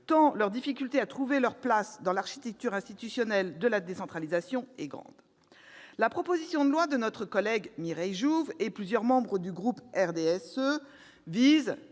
grandes leurs difficultés à trouver leur place dans l'architecture institutionnelle de la décentralisation. La proposition de loi de notre collègue Mireille Jouve et de plusieurs membres du groupe du RDSE vise